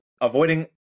Avoiding